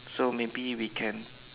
so maybe we can